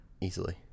Easily